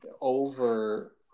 over